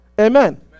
Amen